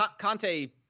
Conte